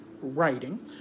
writing